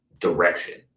direction